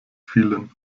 vielen